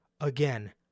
Again